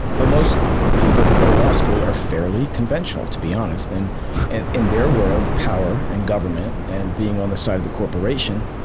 but most people who go to law school are fairly conventional, to be honest. and and in their world, power, and government, and being on the side of the corporation